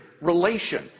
relation